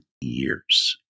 years